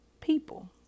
people